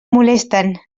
molesten